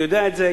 אני יודע את זה,